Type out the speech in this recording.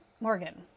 Morgan